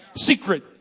secret